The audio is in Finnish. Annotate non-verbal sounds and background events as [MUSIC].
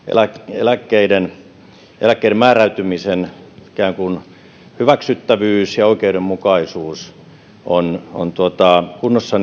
eläkkeiden eläkkeiden määräytymisen ikään kuin hyväksyttävyys ja oikeudenmukaisuus olisi kunnossa [UNINTELLIGIBLE]